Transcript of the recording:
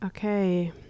Okay